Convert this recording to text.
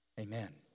Amen